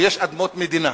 ויש אדמות מדינה.